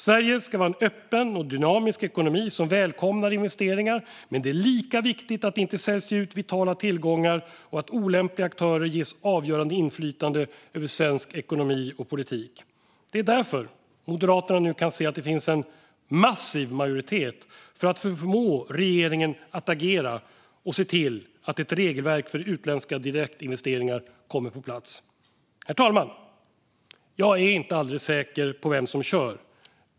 Sverige ska vara en öppen och dynamisk ekonomi som välkomnar investeringar, men det är lika viktigt att vitala tillgångar inte säljs ut och att olämpliga aktörer inte ges avgörande inflytande över svensk ekonomi och politik. Det är därför som Moderaterna nu kan se att det finns en massiv majoritet för att förmå regeringen att agera och se till att ett regelverk för utländska direktinvesteringar kommer på plats. Herr talman! Jag är inte alldeles säker på vem som kör.